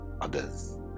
others